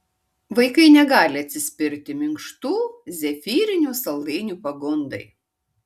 vaikai negali atsispirti minkštų zefyrinių saldainių pagundai